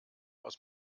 aus